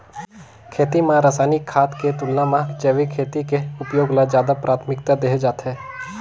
खेती म रसायनिक खाद के तुलना म जैविक खेती के उपयोग ल ज्यादा प्राथमिकता देहे जाथे